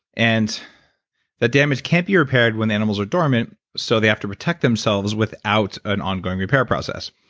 and the damage can't be repaired when the animals are dormant, so they have to protect themselves without an ongoing repair process.